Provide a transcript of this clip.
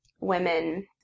women